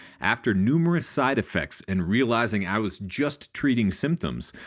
after numerous side effects and realizing i was just treating symptoms,